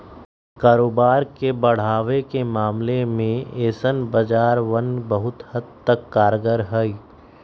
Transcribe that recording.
कारोबार के बढ़ावे के मामले में ऐसन बाजारवन बहुत हद तक कारगर हई